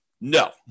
No